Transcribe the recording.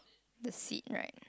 the seat right